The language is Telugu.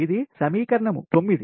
ఇది సమీకరణం 9